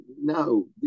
no